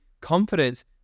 confidence